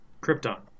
Krypton